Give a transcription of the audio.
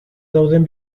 dauden